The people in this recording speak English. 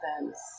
events